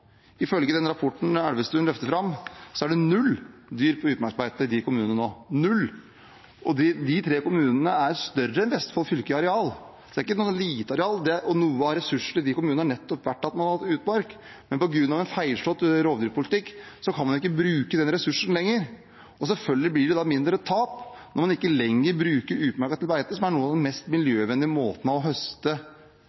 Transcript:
Ifølge den rapporten Elvestuen løfter fram, er det null dyr på utmarksbeite i de kommunene nå – null. De tre kommunene er større enn Vestfold fylke i areal. Det er ikke noe lite areal. Noe av ressursene i de kommunene har nettopp vært at man har hatt utmark, men på grunn av en feilslått rovdyrpolitikk kan man ikke bruke den ressursen lenger. Selvfølgelig blir det mindre tap når man ikke lenger bruker utmarka til beite, som er noe av den mest